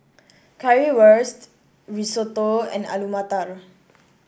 Currywurst Risotto and Alu Matar